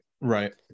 right